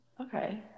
Okay